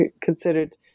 considered